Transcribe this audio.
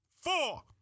four